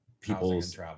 people's